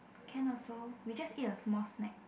can also we just eat a small snack